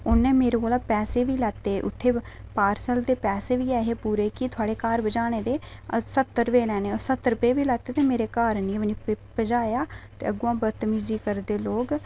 उन्ने मेरे कोला पैसे बी लैते उत्थें पार्सल दे पैसे बी ऐहे की थुआढ़े घर पजाने दे सत्तर रपेऽ बी लैते ते मेरे घर बी नेईं पजाया ते अग्गुआं बदतमीज़ी करदे लोक